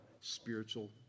spiritual